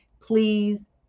please